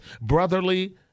brotherly